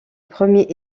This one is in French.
premier